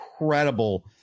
incredible